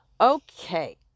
Okay